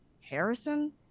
Harrison